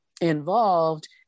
involved